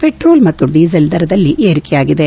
petrol ಮತ್ತು diesel ದರದಲ್ಲಿ ಏರಿಕೆಯಾಗಿದೆ